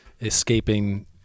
escaping